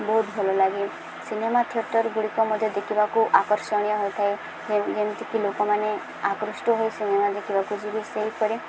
ବହୁତ ଭଲ ଲାଗେ ସିନେମା ଥିଏଟର୍ଗୁଡ଼ିକ ମଧ୍ୟ ଦେଖିବାକୁ ଆକର୍ଷଣୀୟ ହୋଇଥାଏ ଯେମିତିକି ଲୋକମାନେ ଆକୃଷ୍ଟ ହୋଇ ସିନେମା ଦେଖିବାକୁ ଯିବେ ସେହିପରି